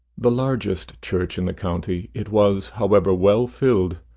the largest church in the county, it was, however, well filled,